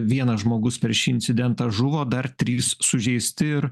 vienas žmogus per šį incidentą žuvo dar trys sužeisti ir